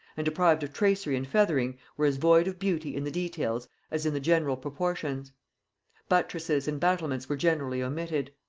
and, deprived of tracery and feathering, were as void of beauty in the details as in the general proportions buttresses and battlements were generally omitted.